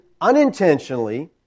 unintentionally